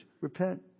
Repent